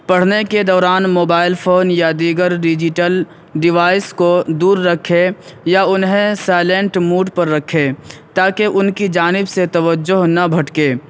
پڑھنے کے دوران موبائل فون یا دیگر ڈیجٹل ڈیوائس کو دور رکھیں یا انہیں سائلینٹ موڈ پر رکھیں تاکہ ان کی جانب سے توجہ نہ بھٹکے